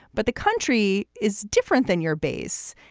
but the country is different than your base.